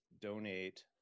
donate